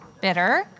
bitter